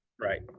Right